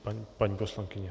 Prosím, paní poslankyně.